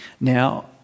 Now